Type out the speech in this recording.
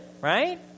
right